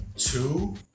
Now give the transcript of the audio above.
Two